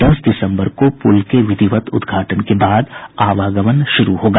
दस दिसम्बर को पुल के विधिवत उद्घाटन के बाद आवागमन शुरू होगा